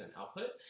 output